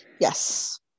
yes